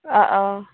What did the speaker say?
অঁ অঁ